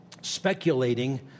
speculating